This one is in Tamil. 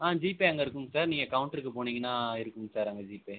ஆ ஜிபே அங்கே இருக்கும் சார் நீங்கள் கவுண்ட்ருக்கு போனீங்கன்னா அங்கே இருக்கும் சார் ஜிபே